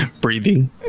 breathing